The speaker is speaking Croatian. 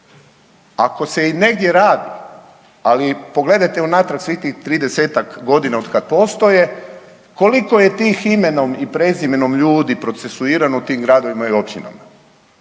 ako se i negdje radi, ali pogledajte unatrag svih tih 30-ak godina od kad postoje, koliko je tih imenom i prezimenom ljudi procesuirano u tim gradovima i općinama?